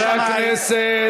חברי הכנסת.